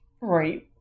right